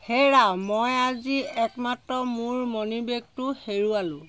হেৰা মই আজি একমাত্ৰ মোৰ মনি বেগটো হেৰুৱালোঁ